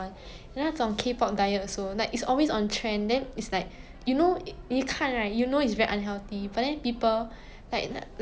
so those like 比较瘦的人 like they 每次会说 like it's because you're not hard work enough like you all don't persevere enough that's why you all give up on diet plan